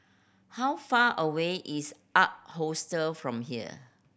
how far away is Ark Hostel from here